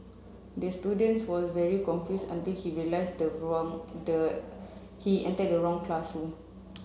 the student was very confuse until he realise the wrong the he enter the wrong classroom